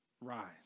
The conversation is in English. rise